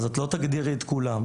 ואת לא תגדירי את כולם.